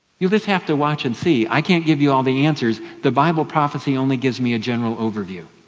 you just have to watch and see. i can't give you all the answers. the bible prophecy only gives me a general overview.